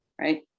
right